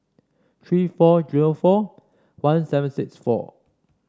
three four zero four one seven six four